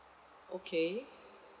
okay